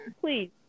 Please